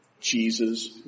Jesus